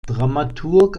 dramaturg